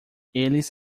eles